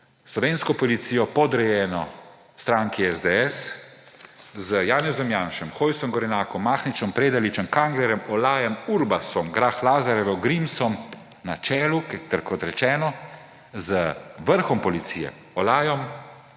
slovensko policijo podrejeno stranki SDS z Janezom Janšo, Hojsom, Gorenakom, Mahničem, Predaličem, Kanglerjem, Olajem, Urbasom, Grah Lazarjevo, Grimsom na čelu, ki, kot rečeno, z vrhom policije Olajem,